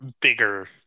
Bigger